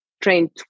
train